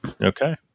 Okay